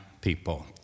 people